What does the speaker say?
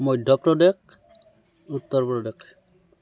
Madhya Pradesh Uttar Pradesh